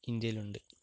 ഇന്ത്യയിലുണ്ട്